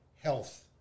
Health